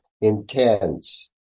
intense